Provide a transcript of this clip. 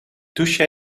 douche